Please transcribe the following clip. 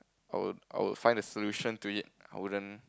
I'll I'll find a solution to it I wouldn't